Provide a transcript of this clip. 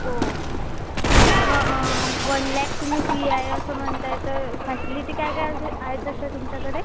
ओ मग वन लॅक तुम्ही फी आहे असं म्हणताय तर फॅसलिटी काय काय असे आहे तशा तुमच्याकडे